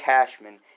Cashman